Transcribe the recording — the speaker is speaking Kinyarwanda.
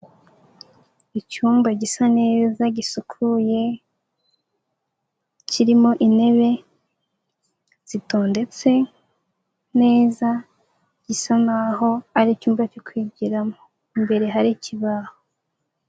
Icyumba gisa neza gisukuye kirimo intebe zitondetse neza gisa naho ari icyumba cyo kwigiramo, imbere hari ikibaho.